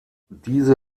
diese